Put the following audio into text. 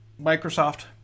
Microsoft